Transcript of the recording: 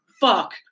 Fuck